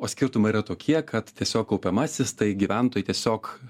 o skirtumai yra tokie kad tiesiog kaupiamasis tai gyventojai tiesiog